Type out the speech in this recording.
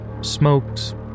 Smoked